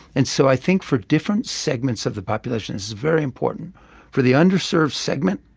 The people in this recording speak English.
and so i think for different segments of the population this is very important for the underserved segment,